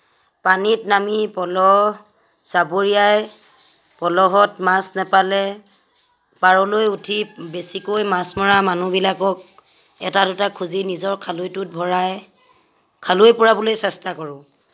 পানীত নামি পলহ চাবুৰিয়াই পলহত মাছ নাপালে পাৰলৈ উঠি বেছিকৈ মাছ মৰা মানুহবিলাকক এটা দুটা খুঁজি নিজৰ খালৈটোত ভৰাই খালৈ পূৰাবলৈ চেষ্টা কৰোঁ